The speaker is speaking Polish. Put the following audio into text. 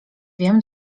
wiem